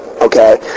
Okay